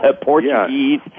Portuguese